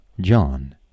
John